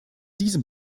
diesem